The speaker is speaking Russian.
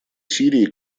сирии